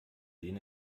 den